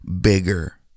bigger